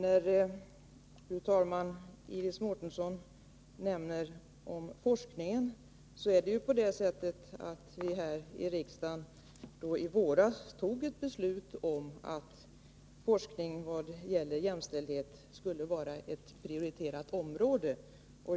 Fru talman! Iris Mårtensson nämnde forskningen. I våras fattade riksdagen beslut om att forskningen om jämställdhet skall vara ett prioriterat område.